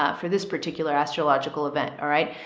ah for this particular astrological event, all right,